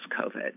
COVID